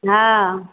हँ